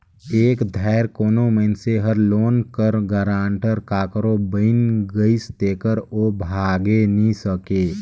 एक धाएर कोनो मइनसे हर लोन कर गारंटर काकरो बइन गइस तेकर ओ भागे नी सके